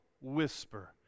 whisper